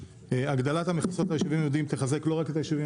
הגדלת המכסות ביישובים תחזק לא רק את היישובים